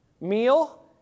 meal